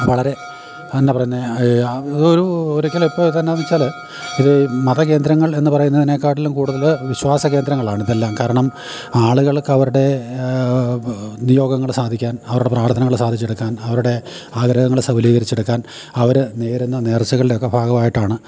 വളരെ എന്നാ പറയുന്നെ ഒരു ഒരിക്കലും ഇപ്പോഴത്തേതെന്നാന്നുവച്ചാല് ഇത് മത കേന്ദ്രങ്ങൾ എന്നു പറയുന്നതിനെക്കാട്ടിലും കൂടുതല് വിശ്വാസ കേന്ദ്രങ്ങളാണ് ഇതെല്ലാം കാരണം ആളുകൾക്കവരുടെ നിയോഗങ്ങള് സാധിക്കാൻ അവരുടെ പ്രാർഥനകള് സാധിച്ചെടുക്കാൻ അവരുടെ ആഗ്രഹങ്ങള് സഫലീകരിച്ചെടുക്കാൻ അവര് നേരുന്ന നേർച്ചുകളുടെയൊക്കെ ഭാഗമായിട്ടാണ്